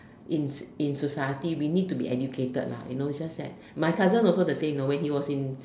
in in society we need to be educated lah you know it's just that my cousin also the same know when he was in